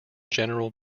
general